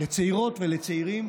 לצעירות ולצעירים